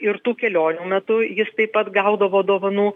ir tų kelionių metu jis taip pat gaudavo dovanų